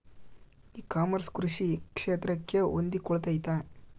E commerce ಕೃಷಿ ಕ್ಷೇತ್ರಕ್ಕೆ ಹೊಂದಿಕೊಳ್ತೈತಾ?